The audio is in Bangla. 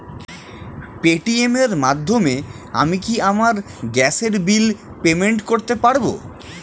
পেটিএম এর মাধ্যমে আমি কি আমার গ্যাসের বিল পেমেন্ট করতে পারব?